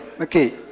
Okay